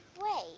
wait